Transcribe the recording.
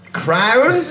crown